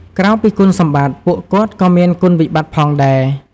ក្រៅពីគុណសម្បត្តិ ពួកគាត់ក៏មានគុណវិបត្តិផងដែរ។